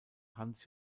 hans